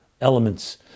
Elements